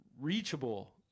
reachable